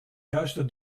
juiste